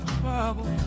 trouble